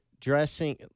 dressing